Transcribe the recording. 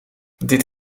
dit